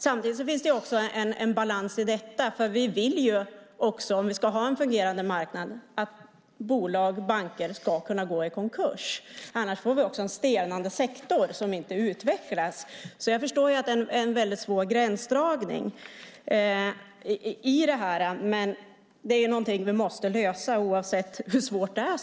Samtidigt finns det en balans i detta, för vi vill ju, om vi ska ha en fungerande marknad, att bolag och banker ska kunna gå i konkurs, annars får vi en stelnande sektor som inte utvecklas. Jag förstår att det är en svår gränsdragning här, men det är någonting som vi måste lösa, oavsett hur svårt det är.